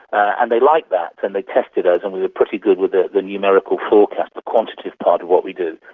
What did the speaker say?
and they liked that and they tested us, and we were pretty good with the the numerical forecast, the quantitative part of what we do.